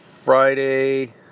Friday